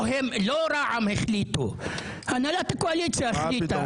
לא, לא רע"ם החליטו, הנהלת הקואליציה החליטה.